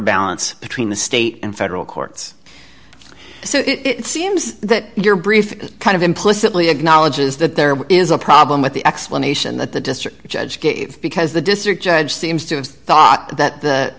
balance between the state and federal courts so it seems that your brief kind of implicitly acknowledges that there is a problem with the explanation that the district judge gave because the district judge seems to have thought that the